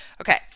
Okay